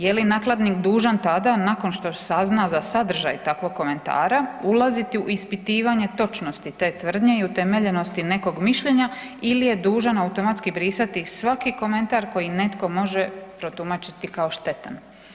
Je li nakladnik dužan tada nakon što sazna za sadržaj takvog komentara ulaziti u ispitivanje točnosti te tvrdnje i utemeljenosti nekog mišljenja ili je dužan automatski brisati svaki komentar koji netko može protumačiti kao štetan?